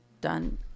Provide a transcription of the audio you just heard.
done